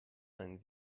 ein